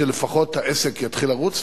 שלפחות העסק יתחיל לרוץ.